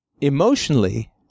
emotionally